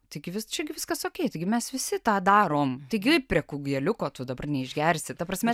taigi čiagi viskas o kaipgi mes visi tą darom taigi prie kugeliuko tu dabar neišgersi ta prasme